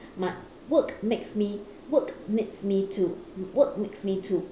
my work makes me work makes me to work makes me to